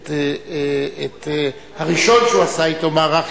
את הראשון שהוא עשה אתו מערך,